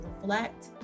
reflect